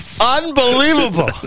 Unbelievable